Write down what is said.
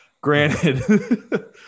Granted